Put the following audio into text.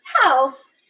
house